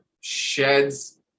sheds